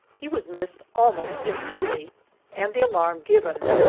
he was missed almost instantly and the alarm given,